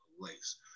place